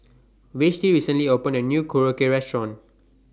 Vashti recently opened A New Korokke Restaurant